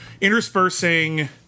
interspersing